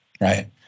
right